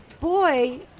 boy